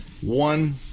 one